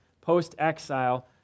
post-exile